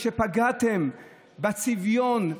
כי פגעתם בצביון,